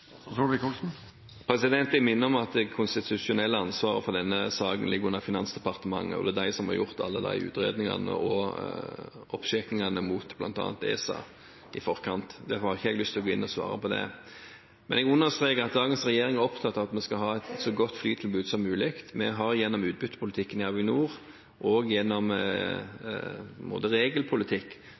vil minne om at det konstitusjonelle ansvaret for denne saken ligger under Finansdepartementet, og det er de som har gjort alle utredningene og sjekkingen opp mot bl.a. ESA i forkant. Derfor har ikke jeg lyst å svare på det. Men jeg understreker at dagens regjering er opptatt av at vi skal ha et så godt flytilbud som mulig. Vi har gjennom utbyttepolitikken i Avinor og gjennom regelpolitikk